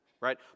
right